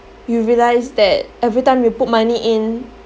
you realise that every time you put money in